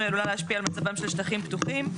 עלולה להשפיע על מצבם של שטחים פתוחים,